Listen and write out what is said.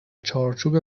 چارچوب